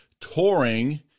touring